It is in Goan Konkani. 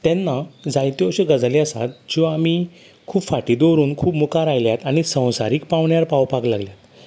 तेन्ना जायत्यो अश्यो गजाली आसात ज्यो आमी खूब फाटीं दवरून मुखार आयल्यात आनी संवसारीक पांवड्यार पावपाक लागल्यात